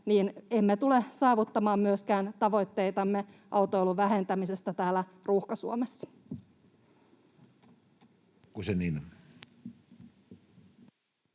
emme tule saavuttamaan myöskään tavoitteitamme autoilun vähentämisestä täällä ruuhka-Suomessa.